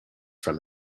from